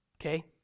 Okay